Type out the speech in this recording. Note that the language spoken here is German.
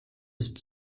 ist